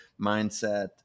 mindset